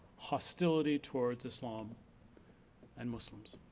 hostility towards islam and muslims.